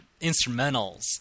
instrumentals